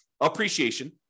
Appreciation